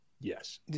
Yes